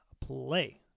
play